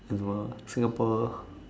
I don't know lah Singapore